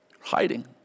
Hiding